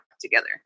together